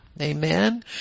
Amen